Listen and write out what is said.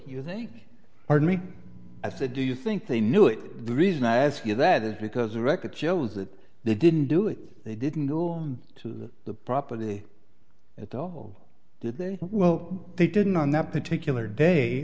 you think arnie as they do you think they knew it the reason i ask you that is because the record shows that they didn't do it they didn't go on to the property at all did they well they didn't on that particular day